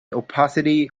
opacity